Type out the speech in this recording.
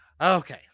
Okay